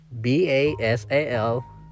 B-A-S-A-L-